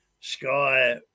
Sky